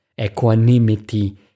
equanimity